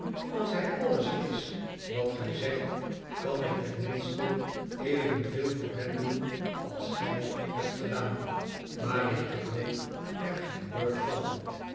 als hij alles is wat gij zegt kan ik tenminste evenveel voor hem doen als gij hebt gedaan maar ik geloof er geen woord van